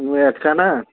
ମୁଁ ଏକା ନା